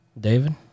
David